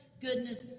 goodness